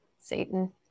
Satan